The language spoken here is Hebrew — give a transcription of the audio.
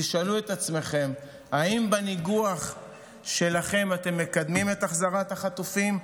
תשאלו את עצמכם: האם בניגוח שלכם אתם מקדמים את החזרת החטופים,